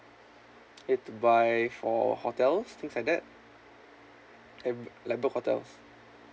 it to buy for hotels things like that and~ like book hotels